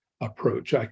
approach